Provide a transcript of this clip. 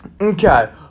Okay